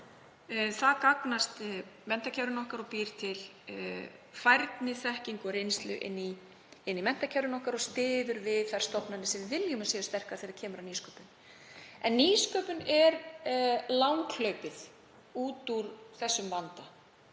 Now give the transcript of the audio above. Það gagnast menntakerfinu okkar og býr til færni, þekkingu og reynslu inn í menntakerfið okkar og styður við þær stofnanir sem við viljum að séu sterkar þegar kemur að nýsköpun. En nýsköpun er langhlaupið út úr þessum vanda